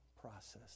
process